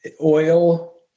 oil